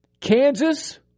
Kansas